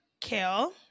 kale